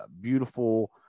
beautiful